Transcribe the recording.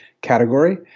category